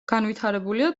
განვითარებულია